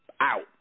out